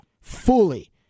fully